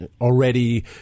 already